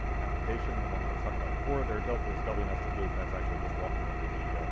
application, the one that i was talking about before. there's there's a doubly nested loop. that's actually just walking over the.